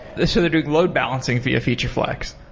ah so they're doing load balancing via feature flags?